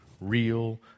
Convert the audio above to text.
real